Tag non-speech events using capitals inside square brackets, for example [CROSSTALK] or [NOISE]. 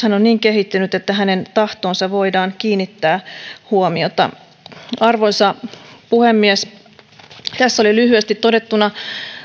[UNINTELLIGIBLE] hän on niin kehittynyt että hänen tahtoonsa voidaan kiinnittää huomiota arvoisa puhemies tässä oli lyhyesti todettuna